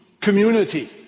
community